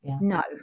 No